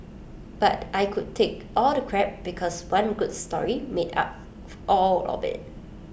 but I could take all the crap because one good story made up of all of IT